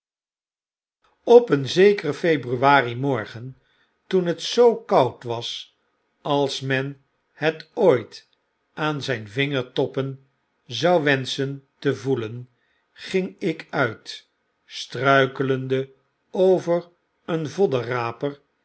op een zekeren februari morgen toen het zoo koud was als men het ooit aan zijn vingertoppen zou wenschen te voelen ging ik uit struikelende over een